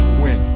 win